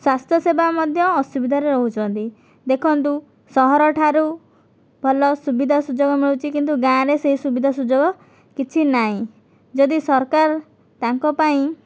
ସ୍ୱାସ୍ଥ୍ୟସେବା ମଧ୍ୟ ଅସୁବିଧାରେ ରହୁଛନ୍ତି ଦେଖନ୍ତୁ ସହରଠାରୁ ଭଲ ସୁବିଧା ସୁଯୋଗ ମିଳୁଛି କିନ୍ତୁ ଗାଁରେ ସେହି ସୁବିଧା ସୁଯୋଗ କିଛି ନାହିଁ ଯଦି ସରକାର ତାଙ୍କ ପାଇଁ